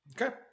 okay